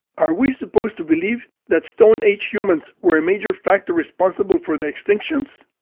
are we supposed to believe that stone-age humans were a major factor responsible for the extinctions?